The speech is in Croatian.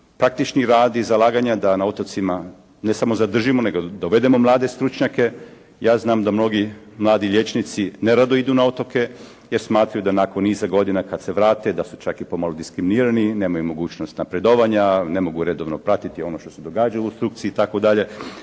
praktični rad i zalaganja da na otocima, ne samo zadržimo nego dovedemo mlade stručnjake, ja znam da mnogi mladi liječnici nerado idu na otoke, jer smatraju da nakon niza godina kada se vrate da su čak pomalo i diskriminirani, nemaju mogućnost napredovanja, ne mogu redovno pratiti ono što se događa u struci itd..